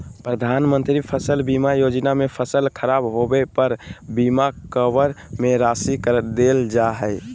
प्रधानमंत्री फसल बीमा योजना में फसल खराब होबे पर बीमा कवर में राशि देल जा हइ